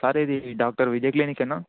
sir ఇది doctor Vijay క్లీనికేనా